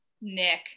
Nick